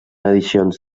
edicions